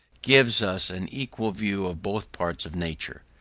gives us an equal view of both parts of nature,